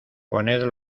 poned